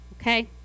Okay